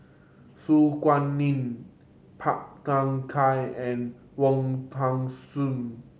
Su Guaning Phua Thin Kiay and Wong Tuang